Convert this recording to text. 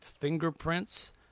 fingerprints